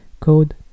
code